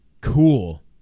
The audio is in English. cool